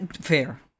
Fair